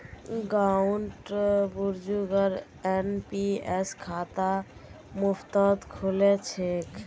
गांउर बुजुर्गक एन.पी.एस खाता मुफ्तत खुल छेक